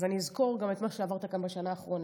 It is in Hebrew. אז אני אזכור גם את מה שעברת כאן בשנה האחרונה.